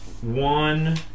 one